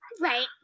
Right